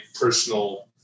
personal